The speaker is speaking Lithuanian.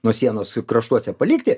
nuo sienos kraštuose palikti